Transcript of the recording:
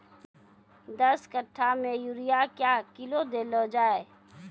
दस कट्ठा मे यूरिया क्या किलो देलो जाय?